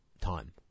time